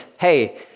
hey